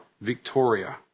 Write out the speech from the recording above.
Victoria